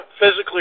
physically